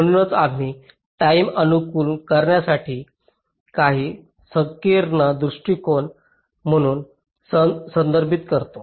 म्हणूनच आम्ही टाईम अनुकूलन करण्यासाठी काही संकीर्ण दृष्टिकोण म्हणून संदर्भित करतो